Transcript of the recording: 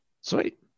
Sweet